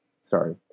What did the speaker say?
sorry